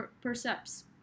percepts